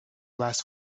last